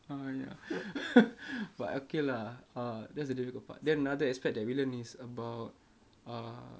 oh ya but okay lah uh that's the difficult part then another aspect that we learn is about err